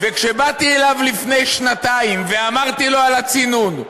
וכשבאתי אליו לפני שנתיים ואמרתי לו על הצינון,